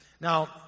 now